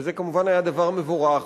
וזה כמובן היה דבר מבורך,